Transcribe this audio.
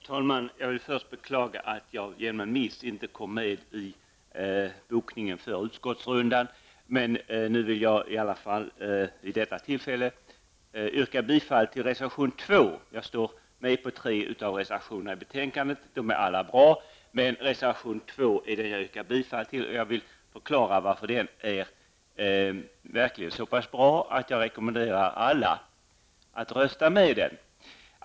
Herr talman! Jag vill först beklaga att jag av en miss inte kom med i bokningen för utskottsrundan. Nu vill jag vid detta tillfälle yrka bifall till reservation 2. Jag är med i tre av reservationerna i betänkandet, och de är alla bra. Men reservation 2 är den jag yrkar bifall till. Jag vill förklara varför den är så pass bra att jag rekommenderar alla att rösta för den.